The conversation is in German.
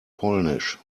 polnisch